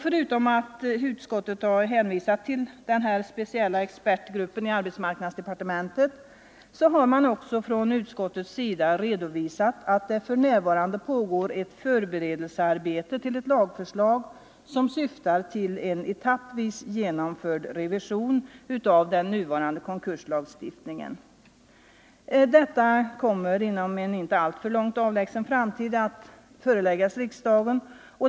Förutom att utskottet hänvisar till expertgruppen i arbetsmarknadsdepartementet redovisar utskottet att det för närvarande pågår ett arbete med att förbereda lagförslag som syftar till en etappvis genomförd revision av den nuvarande konkurslagstiftningen. Dessa kommer inom en inte alltför avlägsen framtid att föreläggas riksdagen.